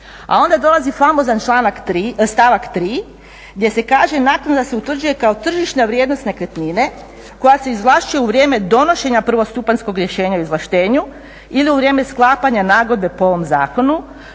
A onda dolazi famozan stavak 3. gdje se kaže naknada se utvrđuje kao tržišna vrijednost nekretnine koja se izvlašćuje u vrijeme donošenja prvostupanjskog rješenja o izvlaštenju ili u vrijeme sklapanja nagodbe po ovom zakonu